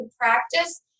practice